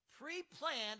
pre-planned